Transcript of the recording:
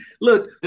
Look